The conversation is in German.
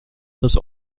das